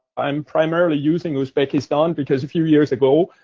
i'm primarily using uzbekistan, because a few years ago,